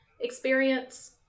experience